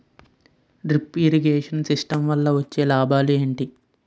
Drip irrigation system వల్ల వచ్చే లాభాలు ఏంటి?